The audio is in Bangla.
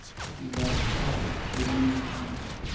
ব্যবসায় ঋণ কি?